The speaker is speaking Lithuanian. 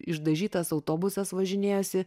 išdažytas autobusas važinėjosi